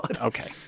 Okay